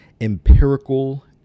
empirical